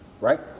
right